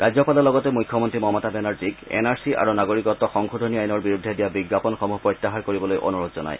ৰাজ্যপালে লগতে মুখ্যমন্ত্ৰী মমতা বেনাৰ্জীক এন আৰ চি আৰু নাগৰিকত্ব সংশোধনী আইনৰ বিৰুদ্ধে দিয়া বিজ্ঞাপনসমূহ প্ৰত্যাহাৰ কৰিবলৈ অনুৰোধ জনায়